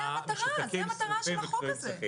זה המטרה של החוק הזה.